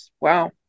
Wow